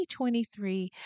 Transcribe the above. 2023